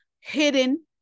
hidden